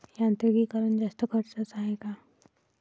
यांत्रिकीकरण जास्त खर्चाचं हाये का?